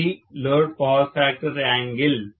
ఇది load power factor angle